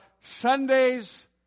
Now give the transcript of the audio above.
Sunday's